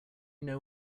know